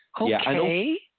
Okay